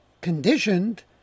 conditioned